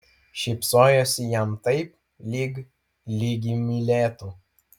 šypsojosi jam taip lyg lyg jį mylėtų